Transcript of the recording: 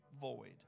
void